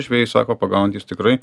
žvejai sako pagaunantys tikrai